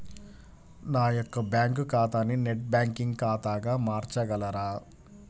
నా యొక్క బ్యాంకు ఖాతాని నెట్ బ్యాంకింగ్ ఖాతాగా మార్చగలరా?